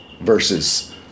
versus